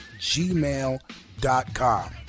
gmail.com